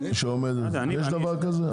יש דבר כזה?